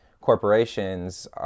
corporations